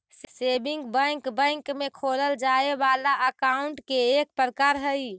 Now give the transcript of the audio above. saving bank bank में खोलल जाए वाला अकाउंट के एक प्रकार हइ